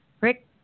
Rick